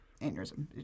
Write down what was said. aneurysm